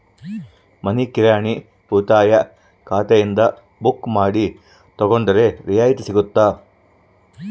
ಮನಿ ಕಿರಾಣಿ ಉಳಿತಾಯ ಖಾತೆಯಿಂದ ಬುಕ್ಕು ಮಾಡಿ ತಗೊಂಡರೆ ರಿಯಾಯಿತಿ ಸಿಗುತ್ತಾ?